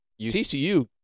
TCU